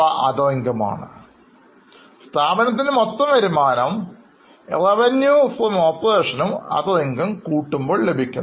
ഈ രണ്ടു വരുമാനവും കൂടിയാണ് സ്ഥാപനത്തിൻറെ മൊത്തവരുമാനം ആകുന്നത്